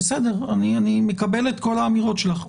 אני מקבל את כל האמירות שלך,